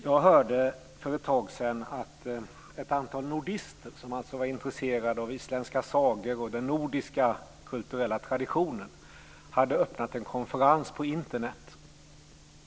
Jag hörde för ett tag sedan att ett antal nordister, som var intresserade av isländska sagor och den nordiska kulturella traditionen, hade öppnat en konferens på Internet.